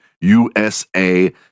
USA